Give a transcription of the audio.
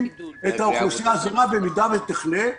את האוכלוסייה הזרה במידה ותחלה.